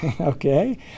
Okay